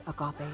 agape